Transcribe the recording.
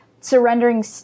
surrendering